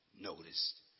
noticed